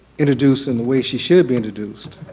introduce in the way she should be introduced.